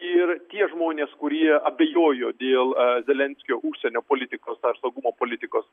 ir tie žmonės kurie abejojo dėl zelenskio užsienio politikos ar saugumo politikos